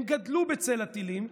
הם גדלו בצל הטילים.